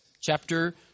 Chapter